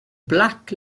black